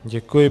Děkuji.